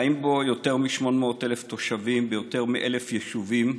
חיים בו יותר מ-800,000 תושבים ביותר מ-1,000 יישובים.